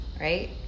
right